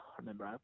remember